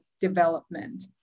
development